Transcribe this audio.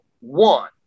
one